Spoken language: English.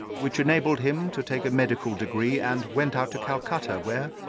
which enabled him to take a medical degree and went out to calcutta, where,